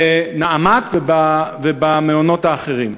של "נעמת" ומהמעונות האחרים.